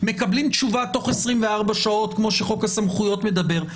מקבלים תשובה תוך 24 שעות כמו שחוק הסמכויות מדבר,